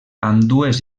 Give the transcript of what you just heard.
ambdues